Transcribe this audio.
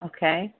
Okay